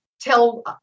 tell